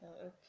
okay